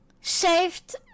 saved